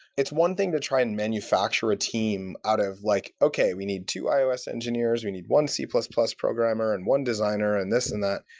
it's one thing to try and manufacture a team out of like, okay, we need two ios engineers. we need one c plus plus programmer and one designer in and this and that.